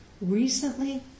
Recently